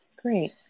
great